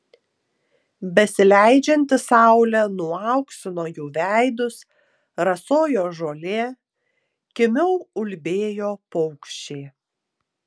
besileidžianti saulė nuauksino jų veidus rasojo žolė kimiau ulbėjo paukščiai